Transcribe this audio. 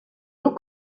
dur